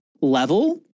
level